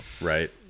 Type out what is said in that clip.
Right